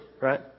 Right